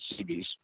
cbs